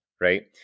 right